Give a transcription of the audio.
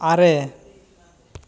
ᱟᱨᱮ